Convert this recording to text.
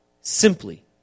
simply